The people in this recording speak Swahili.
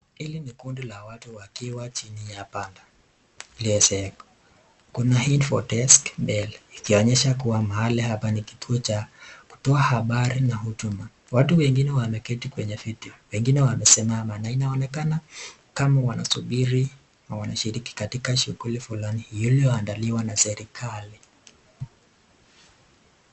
Hili ni kundi la watu wakiwa chini ya panda iliozeeka, Kuna info test mbele kuonyesha kuwa mahali hapa ni tuo cha kutoa habaru na huduma, watu wengine wameketi kwenye vitu wengine wamesimama na inaonekana kama wanasubiri na wanashiriki katika shughuli Fulani iliyoandaliwa na serikali.